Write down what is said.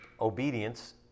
obedience